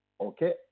Okay